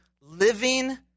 living